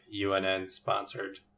UNN-sponsored